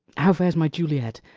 how fares my juliet?